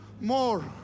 More